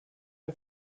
der